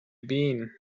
been